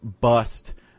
bust